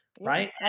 right